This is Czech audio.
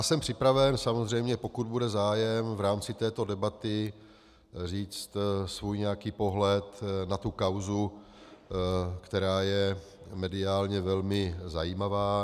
Jsem připraven samozřejmě, pokud bude zájem, v rámci této debaty říct svůj nějaký pohled na kauzu, která je mediálně velmi zajímavá.